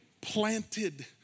Planted